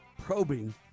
probing